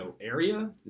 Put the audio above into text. area